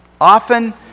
Often